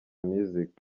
music